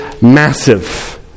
massive